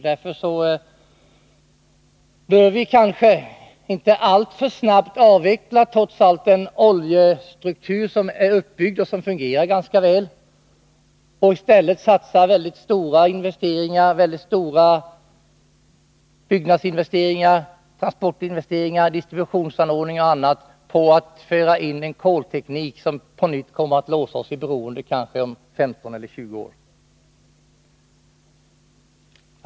Därför bör vi kanske trots allt inte alltför snabbt avveckla den oljestruktur som är uppbyggd och som fungerar ganska väl för att i stället göra mycket stora byggnadsinvesteringar, transportinvesteringar, investeringari distributionsanordningar och annat för att föra in en kolteknik som på nytt, om 15-20 år, kommer att låsa oss i ett beroende.